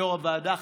יו"ר הוועדה,